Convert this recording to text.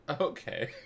Okay